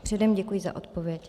Předem děkuji za odpověď.